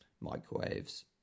microwaves